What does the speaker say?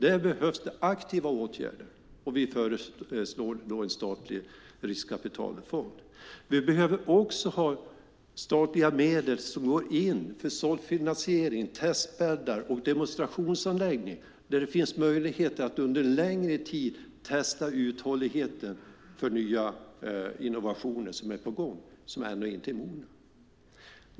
Där behövs det aktiva åtgärder, och vi föreslår en statlig riskkapitalfond. Vi behöver också ha statliga medel för såddfinansiering, testbäddar och demonstrationsanläggningar där det finns möjlighet att under längre tid testa uthålligheten för nya innovationer som är på gång, som ännu inte är mogna.